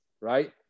right